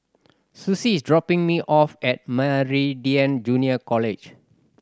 Suzy is dropping me off at Meridian Junior College